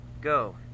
go